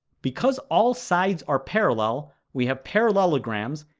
because all sides are parallel, we have parallelograms,